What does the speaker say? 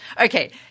Okay